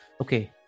okay